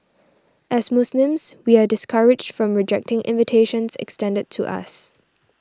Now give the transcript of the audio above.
as Muslims we are discouraged from rejecting invitations extended to us